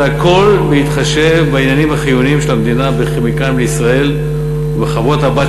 והכול בהתחשב בעניינים החיוניים של המדינה ב"כימיקלים לישראל" ובחברות-הבנות